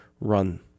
run